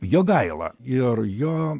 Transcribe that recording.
jogaila ir jo